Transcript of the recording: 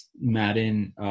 Madden –